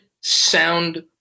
sound